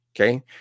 Okay